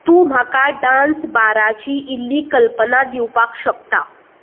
तूं म्हाका डान्स बाराची इल्ली कल्पना दिवपाक शकता